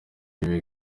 ibi